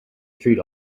street